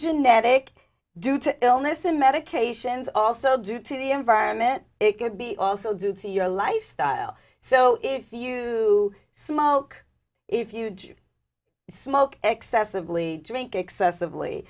genetic due to illness and medications also due to the environment it could be also due to your lifestyle so if you smoke if you smoke excessively drink excessively